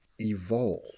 evolve